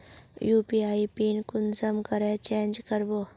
UPI pin कुंसम करे change करबो?